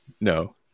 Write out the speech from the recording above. No